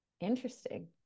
Interesting